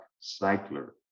Cycler